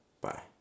Bye